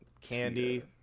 Candy